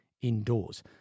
indoors